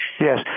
Yes